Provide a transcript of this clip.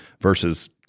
versus